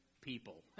people